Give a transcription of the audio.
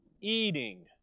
eating